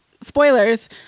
spoilers